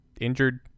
injured